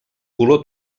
color